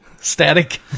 static